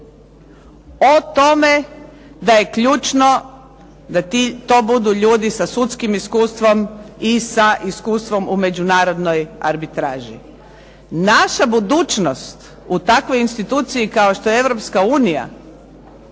O tome da je ključno da to budu ljudi sa sudskim iskustvom i sa iskustvom u međunarodnoj arbitraži. Naša budućnost u takvoj instituciji kao što je EU će to imati